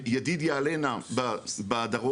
ידידיה אלנה בדרום,